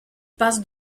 passent